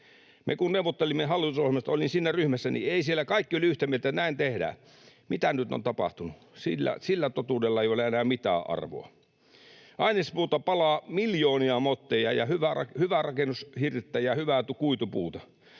Me kun neuvottelimme hallitusohjelmasta — olin siinä ryhmässä — siellä kaikki olivat yhtä mieltä, että näin tehdään. Mitä nyt on tapahtunut? Sillä totuudella ei ole enää mitään arvoa. Ainespuuta palaa miljoonia motteja ja hyvää rakennushirttä ja hyvää kuitupuuta.